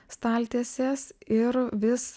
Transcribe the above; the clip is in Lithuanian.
staltiesės ir vis